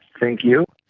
thank you.